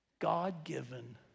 God-given